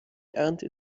ernte